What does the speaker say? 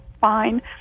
fine